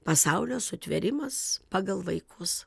pasaulio sutvėrimas pagal vaikus